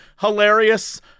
hilarious